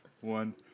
One